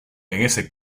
este